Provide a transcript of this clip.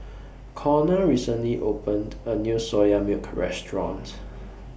Konner recently opened A New Soya Milk Restaurant